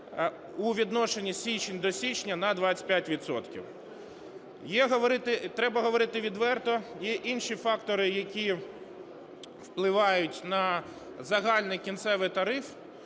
у відношенні січень до січня на 25 відсотків. Треба говорити відверто, є інші фактори, які впливають на загальний кінцевий тариф.